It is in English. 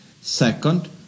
Second